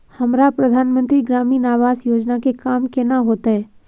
हमरा प्रधानमंत्री ग्रामीण आवास योजना के काम केना होतय?